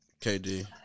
KD